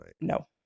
No